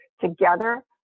together